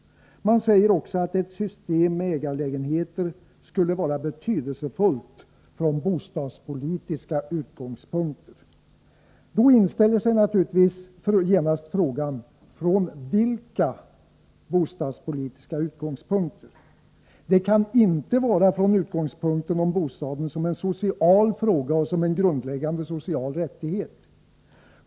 Man säger också att ett system med ägarlägenheter skulle vara betydelsefullt från bostadspolitiska utgångspunkter. Då inställer sig naturligtvis genast frågan: Från vilka bostadspolitiska utgångspunkter? Det kan inte vara från utgångspunkten om bostaden som en social fråga och som en grundläggande social rättighet.